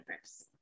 first